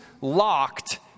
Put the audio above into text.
Locked